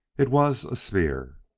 it was a sphere,